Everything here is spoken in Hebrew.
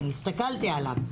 אני הסתכלתי עליו,